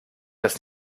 das